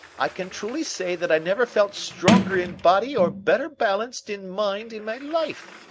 i can truly say that i never felt stronger in body or better balanced in mind in my life.